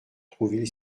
trouville